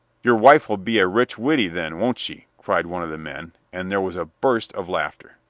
your wife ll be a rich widdy then, won't she? cried one of the men and there was a burst of laughter.